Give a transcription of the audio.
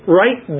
right